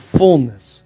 fullness